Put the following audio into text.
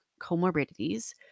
comorbidities